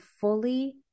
fully